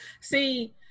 See